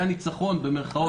היה ניצחון במירכאות.